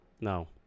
No